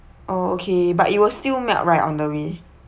oh okay but it will still melt right on the way